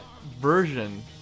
version